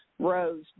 Rose